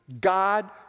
God